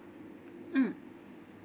mm